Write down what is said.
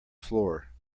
floor